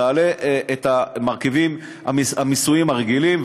שתעלה את המרכיבים המיסויים הרגילים,